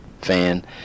fan